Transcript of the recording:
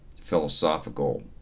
philosophical